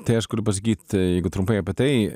tai aš galiu pasakyt jeigu trumpai apie tai